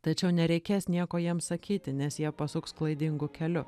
tačiau nereikės nieko jiem sakyti nes jie pasuks klaidingu keliu